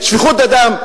שפיכות הדם.